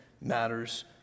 matters